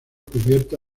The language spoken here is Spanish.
cubierta